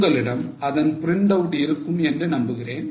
உங்களிடம் அதன் printout இருக்கும் என்று நம்புகிறேன்